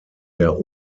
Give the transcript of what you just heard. der